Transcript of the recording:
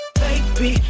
Baby